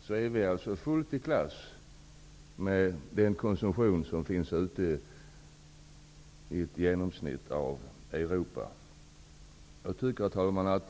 finner man att vi är fullt i nivå med den konsumtion som genomsnittligt finns ute i Herr talman!